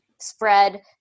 spread